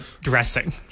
dressing